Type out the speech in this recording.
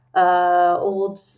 Old